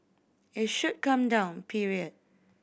it should come down period